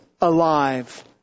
alive